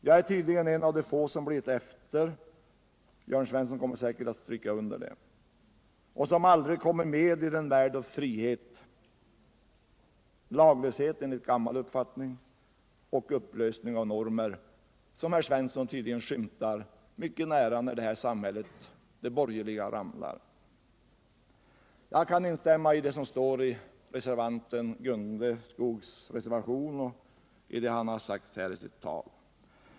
Jag är tydligen en av de få som blivit efter, Jörn Svensson kommer säkert att stryka under det, och som aldrig kommer med i den värld av frihet, laglöshet — enligt gammal uppfattning — och upplösning av normer, som herr Svensson tydligen skymtar mycket nära då det borgerliga samhället rasar. Jag kan instänima i vad som står i Gunde Raneskogs reservation och vad han har sagt här i sitt anförande.